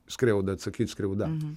skriaudą atsakyti skriauda